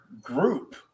group